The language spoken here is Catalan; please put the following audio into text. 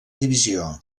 divisió